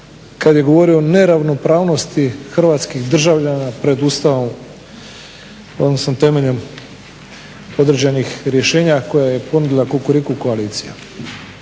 kada je govorio o neravnopravnosti hrvatskih državljana pred Ustavom, odnosno temeljem određenih rješenja koje je ponudila kukuriku koalicija.